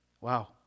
Wow